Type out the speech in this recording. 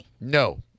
No